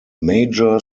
major